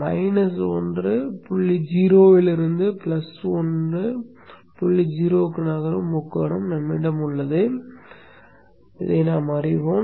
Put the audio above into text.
minus 1 புள்ளி 0 இலிருந்து plus 1 புள்ளி 0 க்கு நகரும் முக்கோணம் நம்மிடம் உள்ளது என்பதை நாம்அறிவோம்